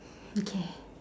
okay